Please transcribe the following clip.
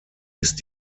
ist